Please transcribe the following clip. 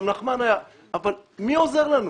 גם נחמן שי היה אבל מי עוזר לנו?